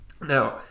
Now